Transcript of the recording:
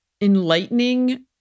enlightening